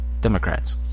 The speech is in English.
Democrats